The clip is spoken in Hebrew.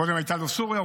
קודם הייתה לו סוריה.